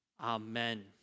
Amen